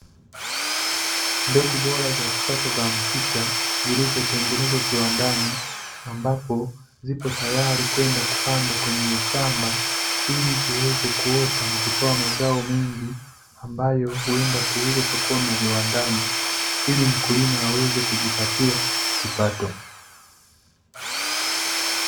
Mbegu bora za kisasa za mchicha zilizotengenezwa kiwandani ambapo zipo tayari kwenda kupandwa kwenye shamba ili ziweze kuota na kutoa mazao mengi ambayo huenda kuuzwa sokoni na viwandani ili mkulima aweze kujipatia kipato.